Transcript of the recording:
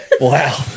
Wow